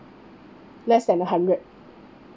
less than a hundred